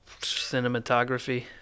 cinematography